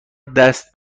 دست